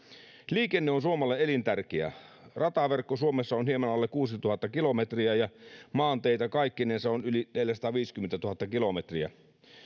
liikenne on suomelle elintärkeä rataverkko suomessa on hieman alle kuusituhatta kilometriä ja maanteitä kaikkinensa on yli neljäsataaviisikymmentätuhatta kilometriä